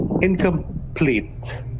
incomplete